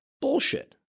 Bullshit